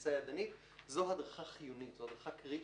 לטיסה ידנית, זו הדרכה חיונית, קריטית,